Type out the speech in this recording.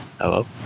Hello